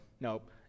nope